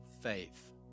faith